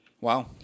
wow